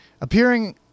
Appearing